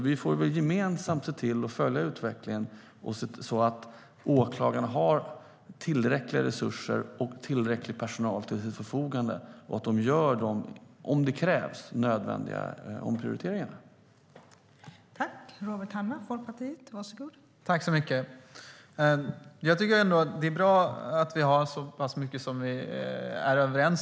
Vi får väl se till att gemensamt följa utvecklingen så att åklagarna har tillräckliga resurser och tillräcklig personal till sitt förfogande och så att de gör de nödvändiga omprioriteringarna, om de krävs.